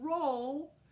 roll